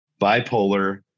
bipolar